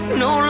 no